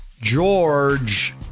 George